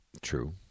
True